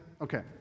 Okay